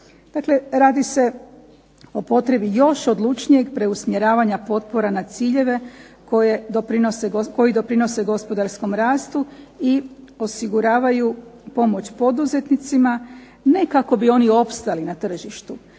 radi se o potrebi još odlučnijeg preusmjeravanja potpora na ciljeve koji doprinose gospodarskom rastu i osiguravaju pomoć poduzetnicima. Ne kako bi oni opstali na tržištu